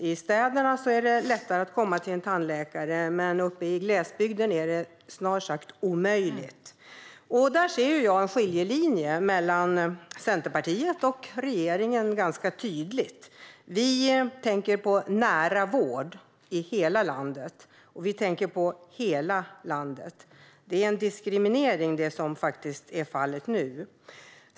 I städerna är det lättare att komma till en tandläkare, men uppe i glesbygden är det snart sagt omöjligt. Där ser jag en ganska tydlig skiljelinje mellan Centerpartiet och regeringen. Vi tänker på nära vård i hela landet, och vi tänker på hela landet. Det som är fallet nu är diskriminering.